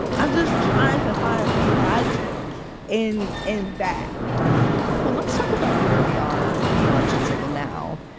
i'm just trying to find the logic in in that well, let's talk about where we are in the election cycle now.